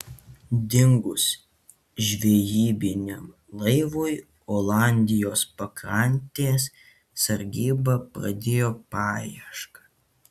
dingus žvejybiniam laivui olandijos pakrantės sargyba pradėjo paiešką